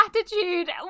attitude